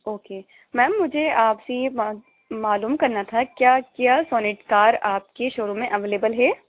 okay ma'am مجھے آپ سے یہ بات معلوم کرنا تھا کیا کیا سونیٹ کار آپ کی شو روم میں اویلیبل ہے